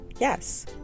Yes